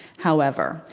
however,